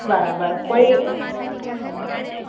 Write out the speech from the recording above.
બરાબર કોઈ